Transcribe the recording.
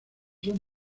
son